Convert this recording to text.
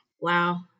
Wow